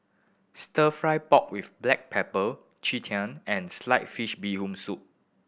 Stir Fry pork with black pepper tng and slice fish Bee Hoon Soup